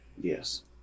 Yes